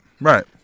Right